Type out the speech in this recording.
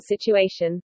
situation